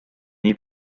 nii